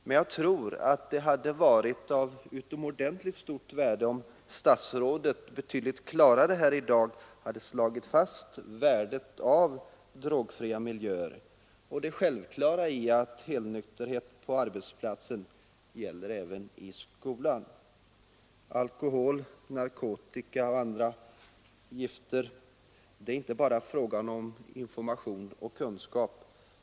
Det hade emellertid varit av utomordentligt stort värde om statsrådet hade slagit fast värdet av drogfria miljöer och det självklara i att helnykterhet på arbetsplatsen omfattar även skolan. När det gäller alkohol, narkotika och andra gifter är det inte bara fråga om information och kunskap.